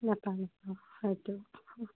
নহয় সেইটো